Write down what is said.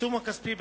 העיצום הכספי,